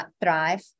thrive